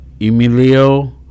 Emilio